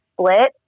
split